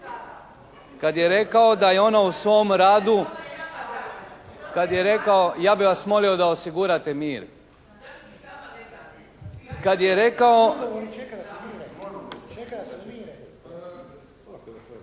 kad je rekao da je ona u svom radu, kad je rekao…